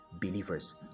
believers